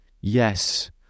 Yes